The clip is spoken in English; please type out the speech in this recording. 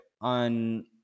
on